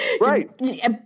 right